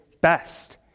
best